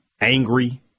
angry